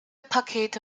pakete